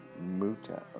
Muta